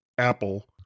apple